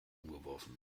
umgeworfen